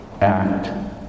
act